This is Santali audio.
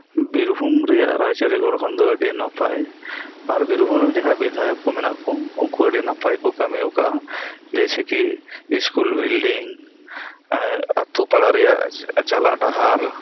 ᱵᱤᱨᱵᱷᱩᱢ ᱨᱮᱭᱟᱜ ᱨᱟᱡᱽ ᱟᱹᱨᱤ ᱜᱚᱲᱦᱚᱱ ᱫᱚ ᱟᱹᱰᱤ ᱱᱟᱯᱟᱭ ᱟᱨ ᱵᱤᱨᱵᱷᱩᱢ ᱡᱟᱦᱟᱸᱭ ᱵᱤᱫᱷᱟᱭᱚᱠ ᱠᱚ ᱢᱮᱱᱟᱜ ᱠᱚ ᱩᱱᱠᱩ ᱟᱹᱰᱤ ᱱᱟᱯᱟᱭ ᱠᱚ ᱠᱟᱢᱤ ᱟᱠᱟᱫᱼᱟ ᱡᱮᱭ ᱥᱮᱠᱤ ᱤᱥᱠᱩᱞ ᱵᱤᱞᱰᱤᱝ ᱟᱛᱳ ᱯᱟᱲᱟ ᱨᱮᱭᱟᱜ ᱪᱟᱞᱟᱜ ᱰᱟᱦᱟᱨ